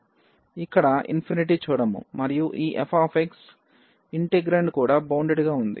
కాబట్టి మనము ఇక్కడ చూడము మరియు ఈ f ఇంటెగ్రాండ్ కూడా బౌండెడ్ గా వుంది